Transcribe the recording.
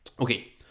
Okay